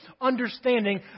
understanding